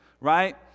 right